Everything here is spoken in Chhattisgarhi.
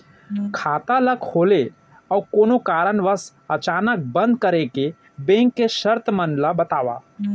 खाता ला खोले अऊ कोनो कारनवश अचानक बंद करे के, बैंक के शर्त मन ला बतावव